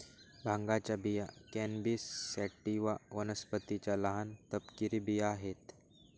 भांगाच्या बिया cannabis sativa वनस्पतीच्या लहान, तपकिरी बिया आहेत